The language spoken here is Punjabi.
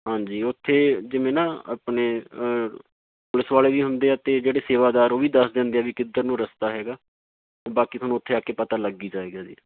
ਹਾਂਜੀ ਉੱਥੇ ਜਿਵੇਂ ਨਾ ਆਪਣੇ ਪੁਲਿਸ ਵਾਲੇ ਵੀ ਹੁੰਦੇ ਆ ਅਤੇ ਜਿਹੜੇ ਸੇਵਾਦਾਰ ਉਹ ਵੀ ਦੱਸ ਦਿੰਦੇ ਆ ਵੀ ਕਿੱਧਰ ਨੂੰ ਰਸਤਾ ਹੈਗਾ ਬਾਕੀ ਤੁਹਾਨੂੰ ਉੱਥੇ ਆ ਕੇ ਪਤਾ ਲੱਗ ਹੀ ਜਾਏਗਾ ਜੀ